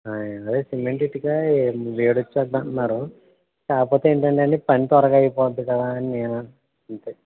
cement ఇటుక వేడొచ్చేద్ధి అంటున్నారు కాకపోతే ఏంటంటే అండి పని త్వరగా అయిపోద్ది కదా అని నేను అంతే